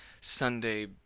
Sunday